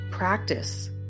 Practice